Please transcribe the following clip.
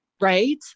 Right